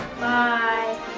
Bye